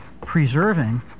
preserving